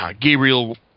Gabriel